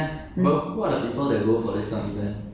mmhmm 新加坡其实也是有很多东西玩的 ah